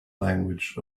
language